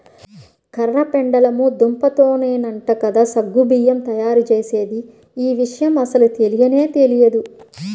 కర్ర పెండలము దుంపతోనేనంట కదా సగ్గు బియ్యం తయ్యారుజేసేది, యీ విషయం అస్సలు తెలియనే తెలియదు